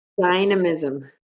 Dynamism